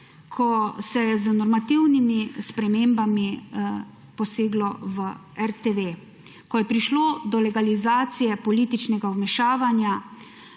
ko se je z normativnimi spremembami poseglo v RTV, ko je prišlo do legalizacije političnega vmešavanja